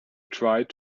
tried